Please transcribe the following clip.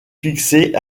fixé